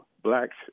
blacks